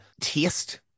taste